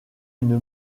une